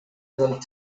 del